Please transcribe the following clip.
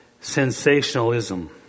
sensationalism